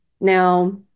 Now